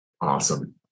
awesome